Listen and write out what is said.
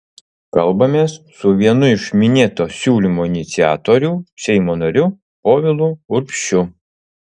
kalbamės su vienu iš minėto siūlymo iniciatorių seimo nariu povilu urbšiu